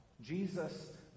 jesus